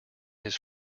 his